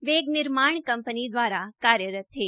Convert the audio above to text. वे एक निर्माण कंपनी द्वारा कार्यरत थे